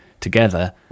Together